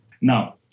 Now